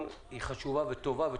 אנחנו